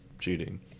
cheating